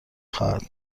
خواهد